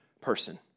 person